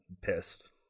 pissed